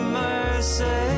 mercy